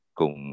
cùng